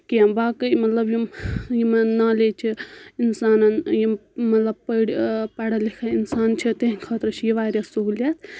کیٚنٛہہ باقٕے مطلب یِم یِمَن نالیج چھِ اِنسانَن یِم مطلب پٔرۍ پَڑا لِکھا اِنسان چھِ تِہِنٛدِ خٲطرٕ چھِ یہِ واریاہ سہوٗلیت